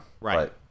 right